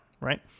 right